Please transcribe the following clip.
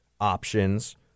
options